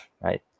right